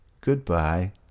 Goodbye